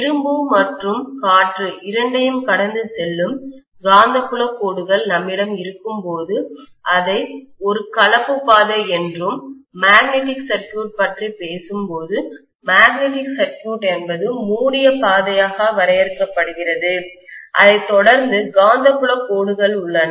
இரும்பு மற்றும் காற்று இரண்டையும் கடந்து செல்லும் காந்தப்புலக் கோடுகள் நம்மிடம் இருக்கும்போது அதை ஒரு கலப்பு பாதை என்றும் மேக்னெட்டிக் சர்க்யூட் பற்றி பேசும்போது மேக்னெட்டிக் சர்க்யூட் என்பது மூடிய பாதையாக வரையறுக்கப்படுகிறது அதைத் தொடர்ந்து காந்தப்புலக் கோடுகள் உள்ளன